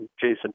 Jason